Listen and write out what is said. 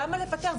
למה לוותר?